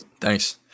Thanks